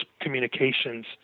communications